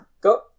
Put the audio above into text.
go